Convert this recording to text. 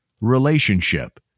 relationship